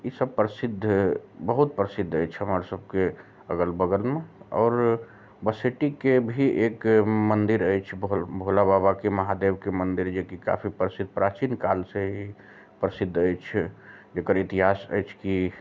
इसब प्रसिद्ध बहुत प्रसिद्ध अछि हमर सबके अगल बगल मे आओर बसैटीके भी एक मन्दिर अछि भोला बाबाके महादेबके मन्दिर जेकि काफी प्रसिद्ध प्राचीन काल से ही प्रसिद्ध अछि जेकर इतिहास अछि की